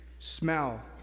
smell